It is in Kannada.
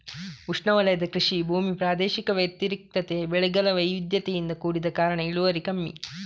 ಉಷ್ಣವಲಯದ ಕೃಷಿ ಭೂಮಿ ಪ್ರಾದೇಶಿಕ ವ್ಯತಿರಿಕ್ತತೆ, ಬೆಳೆಗಳ ವೈವಿಧ್ಯತೆಯಿಂದ ಕೂಡಿದ ಕಾರಣ ಇಳುವರಿ ಕಮ್ಮಿ